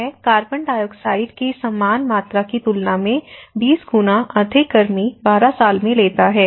यह carbon dioxide की समान मात्रा की तुलना में 20 गुना अधिक गर्मी 12 साल में लेता है